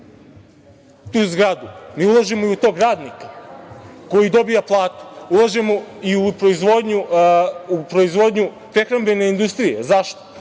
tu zgradu, mi ulažemo u tog radnika koji dobija platu. Ulažemo i u proizvodnju prehrambene industrije. Zašto?